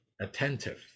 attentive